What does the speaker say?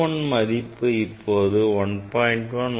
U 1 1 1